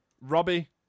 Robbie